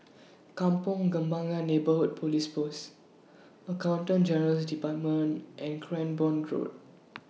Kampong Kembangan Neighbourhood Police Post Accountant General's department and Cranborne Road